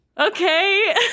Okay